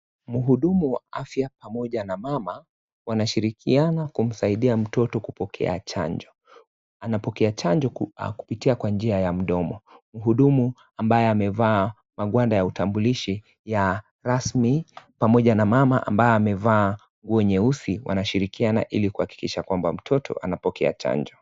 Mhudumu wa afya pamoja na mama wanashirikiana kumsaidia mtoto kupokea chanjo. Anapokea chanjo kupitia kwa njia ya mdomo. Mhudumu ambaye amevaa magwanda ya utambulishi ya rasmi pamoja na mama ambaye amevaa nguo nyeusi wanashirikiana ili kuhakikisha kwamba mtoto anapokea chanjo.